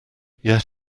yet